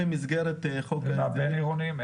והבין-עירוניים?